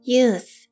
Youth